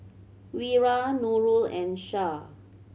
Wira Nurul and Shah